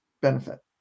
benefit